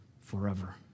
forever